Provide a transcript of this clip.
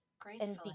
Gracefully